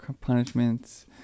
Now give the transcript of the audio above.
punishments